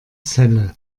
celle